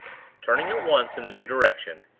turning at once in the new direction,